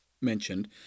mentioned